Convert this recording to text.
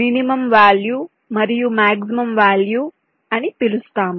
minimum value మరియు maximum value అని పిలుస్తాము